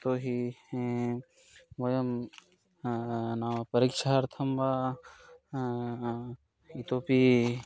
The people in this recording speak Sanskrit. यतो हि वयं नाम परीक्षार्थं वा इतोपि